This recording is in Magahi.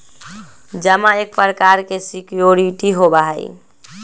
जमा एक प्रकार के सिक्योरिटी होबा हई